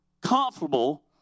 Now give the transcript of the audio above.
comfortable